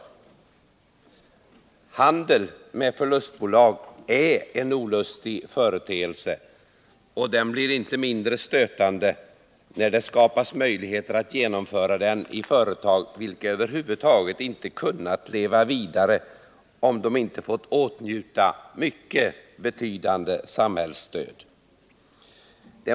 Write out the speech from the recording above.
Handel med förlustbolag är en olustig företeelse, och den blir inte mindre stötande när det skapas möjligheter att genomföra den i företag, vilka över huvud taget inte kunnat leva vidare om de inte fått åtnjuta mycket betydande samhällsstöd.